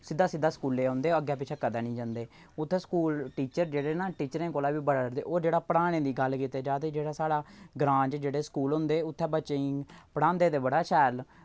सिद्धा सिद्धा स्कूलै औंदे अग्गै पिच्छै कदें निं जंदे उत्थै स्कूल टीचर जेह्ड़े हैन ना टीचरें कोला बी बड़ा डरदे और जेह्ड़ा पढ़ाने दी गल्ल कीत्ती जा ते जेह्ड़ा साढ़ा ग्रां च जेह्ड़े स्कूल होंदे उत्थै बच्चें गी पढ़ांदे ते बड़ा शैल